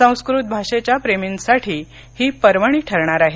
संस्कृत भाषेच्या प्रेमींसाठी ही पर्वणी ठरणार आहे